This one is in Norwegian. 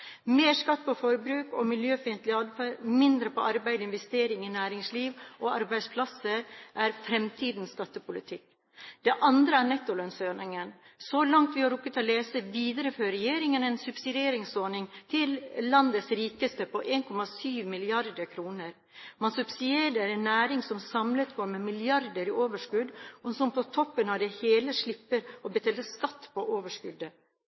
Mer skatt på forbruk og miljøfiendtlig adferd, mindre på arbeid og investering i næringsliv og arbeidsplasser er fremtidens skattepolitikk. Det andre er nettolønnsordningen. Så langt vi har rukket å lese, viderefører regjeringen en subsidieringsordning til «landets rikeste» på 1,7 mrd. kr. Man subsidierer en næring som samlet går med milliarder i overskudd, og som på toppen av det hele slipper å betale skatt på